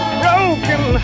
broken